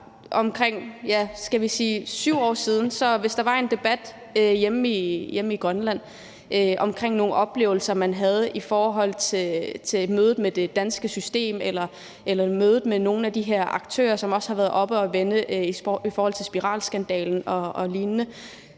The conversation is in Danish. siden, var det sådan, at hvis der var en debat hjemme i Grønland om nogle oplevelser, man havde haft i mødet med det danske system eller i mødet med nogle af de her aktører, som også har været oppe at vende i forhold til spiralskandalen og lignende,